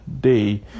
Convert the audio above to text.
day